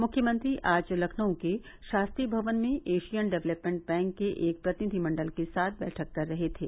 मुख्यमंत्री आज लखनऊ के शास्त्री भवन में एशियन डेवलमेंट बैंक के एक प्रतिनिधिमण्डल के साथ बैठक कर रहे थे